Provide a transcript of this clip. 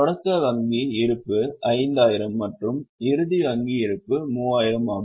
தொடக்க வங்கி இருப்பு 5000 மற்றும் இறுதி வங்கி இருப்பு 3000 ஆகும்